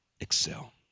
excel